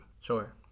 sure